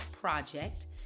project